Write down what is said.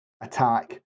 attack